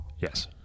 Yes